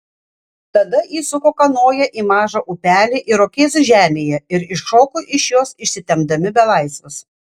tada įsuko kanoją į mažą upelį irokėzų žemėje ir iššoko iš jos išsitempdami belaisvius